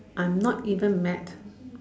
I'm not even mad